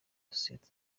sosiyete